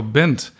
bent